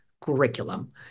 curriculum